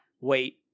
wait